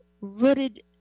rooted